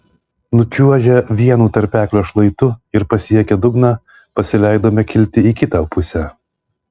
nučiuožę vienu tarpeklio šlaitu ir pasiekę dugną pasileidome kilti į kitą pusę